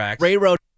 Railroad